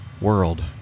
world